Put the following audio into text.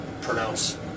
pronounce